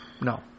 No